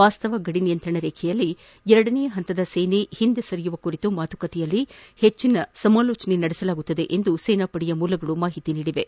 ವಾಸ್ತವ ಗಡಿ ನಿಯಂತ್ರಣ ರೇಖೆಯಲ್ಲಿ ಎರಡನೇ ಹಂತದ ಸೇನೆ ಹಿಂದೆ ಸರಿಯುವ ಕುರಿತು ಮಾತುಕತೆಯಲ್ಲಿ ಹೆಚ್ಚಿನ ಲಕ್ಷ್ಯ ವಹಿಸಲಾಗುವುದು ಎಂದು ಸೇನಾ ಮೂಲಗಳು ಹೇಳಿವೆ